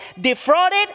defrauded